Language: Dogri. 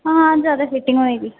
हां जैदा फिटिंग होई दी